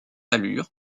allure